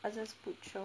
I just put short